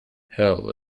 hell